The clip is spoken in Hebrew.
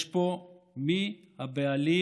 יש פה מי הבעלים